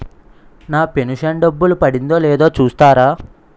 నా pension డబ్బులు పడిందో లేదో చూస్తారా?